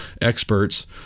experts